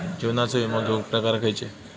जीवनाचो विमो घेऊक प्रकार खैचे?